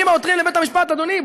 והעותרים אומרים לבית-המשפט: אדוני,